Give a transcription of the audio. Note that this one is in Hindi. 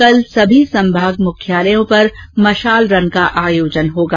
कल सभी संभाग मुख्यालयों पर मशाल रन का आयोजन होगा